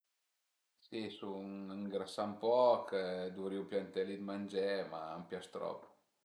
Si sun ëngrasà ën poch, duvrìu pianté li d'mangé, ma a m'pias trop